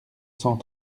cent